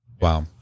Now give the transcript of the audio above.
Wow